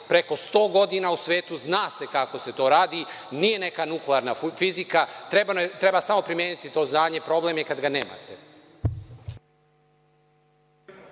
preko 100 godina u svetu, zna se kako se to radi, nije neka nuklearna fizika, treba samo primeniti to znanje, problem je kad ga nemate.